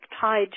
tied